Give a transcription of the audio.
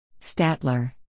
Statler